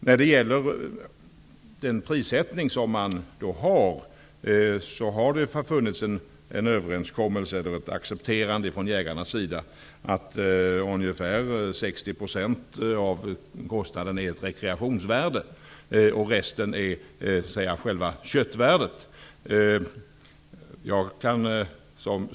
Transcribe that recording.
När det gäller prissättningen har man haft en överenskommelse med jägarna om att ca 60 % av kostnaden är ett rekreationsvärde och resten själva köttvärdet.